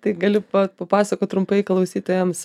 tai gali papasakot trumpai klausytojams